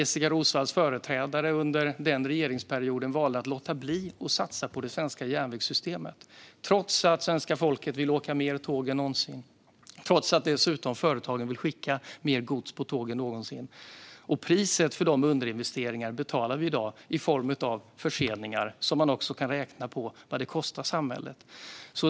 Jessika Roswalls företrädare under den regeringsperioden valde att låta bli att satsa på det svenska järnvägssystemet, trots att svenska folket vill åka tåg mer än någonsin och trots att företagen vill skicka mer gods med tåg än någonsin. Priset för de underinvesteringarna betalar vi i dag i form av förseningar. Man kan också räkna på vad de kostar samhället.